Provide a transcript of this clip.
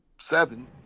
seven—